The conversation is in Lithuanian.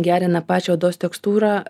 gerina pačią odos tekstūrą